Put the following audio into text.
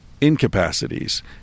incapacities